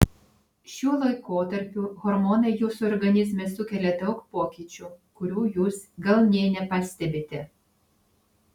šiuo laikotarpiu hormonai jūsų organizme sukelia daug pokyčių kurių jūs gal nė nepastebite